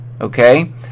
okay